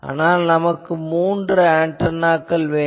ஆனால் நமக்கு மூன்று ஆன்டெனாக்கள் வேண்டும்